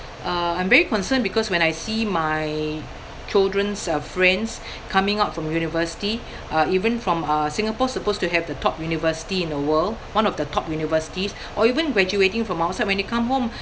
uh I'm very concerned because when I see my children's uh friends coming out from university uh even from uh Singapore's supposed to have the top university in the world one of the top universities or even graduating from outside when they come home